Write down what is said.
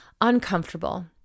uncomfortable